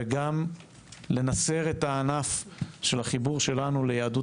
וגם לנסר את הענף של החיבור שלנו ליהדות